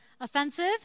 offensive